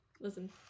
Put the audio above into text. Listen